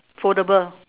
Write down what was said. foldable